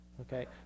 okay